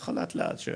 ככה לאט לאט.